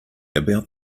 about